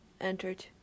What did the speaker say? entered